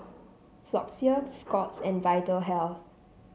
Floxia Scott's and Vitahealth